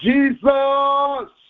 Jesus